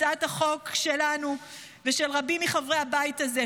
הצעת החוק שלי ושל רבים מחברי הבית הזה,